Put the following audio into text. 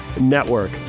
Network